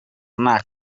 nta